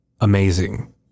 amazing